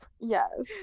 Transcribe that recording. Yes